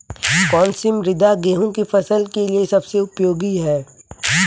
कौन सी मृदा गेहूँ की फसल के लिए सबसे उपयोगी है?